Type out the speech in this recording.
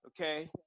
Okay